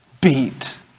Beat